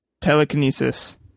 telekinesis